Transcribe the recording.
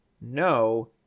no